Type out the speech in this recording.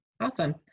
Awesome